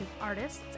artists